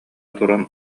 туран